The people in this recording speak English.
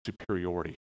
superiority